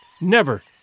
Never